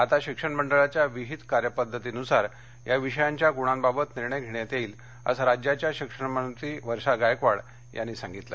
आता शिक्षण मंडळाच्या विहित कार्यपद्धतीनुसार या विषयांच्या गुणांबाबत निर्णय घेण्यात येईल असं राज्याच्या शिक्षण मंत्री वर्षा गायकवाड यांनी दिली